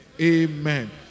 amen